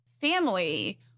family